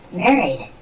married